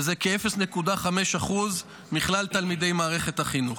וזה כ-0.5% מכלל תלמידי מערכת החינוך.